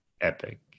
Epic